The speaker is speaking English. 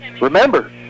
remember